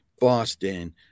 Boston